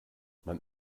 man